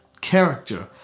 Character